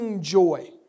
Joy